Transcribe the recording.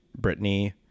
Britney